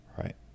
right